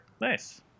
Nice